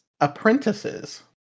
apprentices